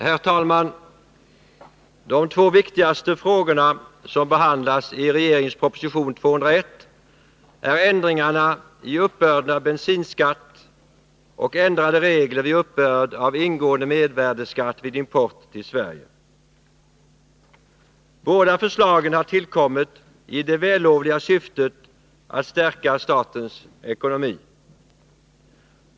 Herr talman! De två viktigaste frågorna som behandlas i regeringens proposition 201 gäller ändringarna i uppbörden av bensinskatt och ändrade regler vid uppbörd av ingående mervärdeskatt vid import till Sverige. Båda förslagen har tillkommit i det vällovliga syftet att stärka statens ekonomi.